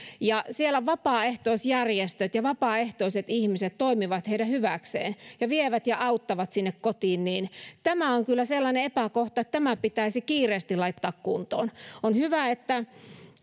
ja siellä vapaaehtoisjärjestöt ja vapaaehtoiset ihmiset toimivat heidän hyväkseen ja auttavat ja vievät palveluja sinne kotiin tämä on kyllä sellainen epäkohta että tämä pitäisi kiireesti laittaa kuntoon on hyvä että